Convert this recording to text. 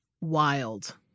Wild